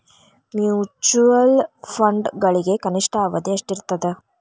mutual ಫಂಡ್ಗಳಿಗೆ ಕನಿಷ್ಠ ಅವಧಿ ಎಷ್ಟಿರತದ